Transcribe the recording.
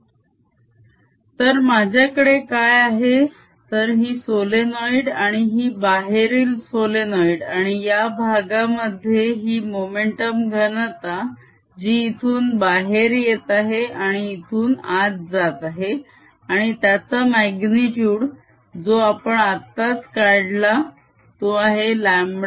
Momentum density0K2πs तर माझ्याकडे काय आहे तर ही सोलेनोईड आणि ही बाहेरील सोलेनोइड आणि या भागामध्ये ही मोमेंटम घनता जी इथून बाहेर येते आहे आणि इथून आत जात आहे आणि त्याचा माग्नितुड जो आपण आताच काढला तो आहे λμ0K2πS